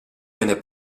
venne